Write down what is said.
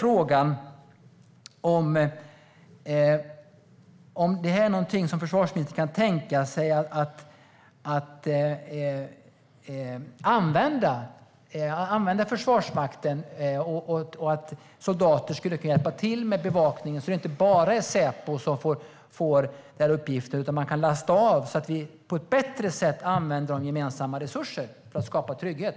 Kan försvarsministern tänka sig att använda Försvarsmakten så att soldater kan hjälpa till med bevakningen så att det inte bara är Säpo som får uppgiften? Då kan det bli en avlastning så att gemensamma resurser används på ett bättre sätt för att skapa trygghet.